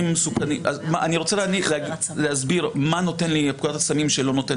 אני רוצה להסביר מה נותנת לי פקודת הסמים המסוכנים שלא נותן